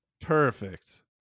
Perfect